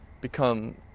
become